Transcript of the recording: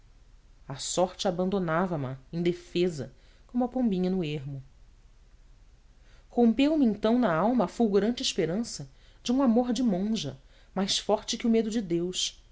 a sorte abandonava ma indefesa como a pombinha no ermo rompeu me então na alma a fulgurante esperança de um amor de monja mais forte que o medo de deus